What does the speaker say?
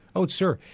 oh sure,